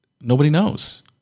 nobody-knows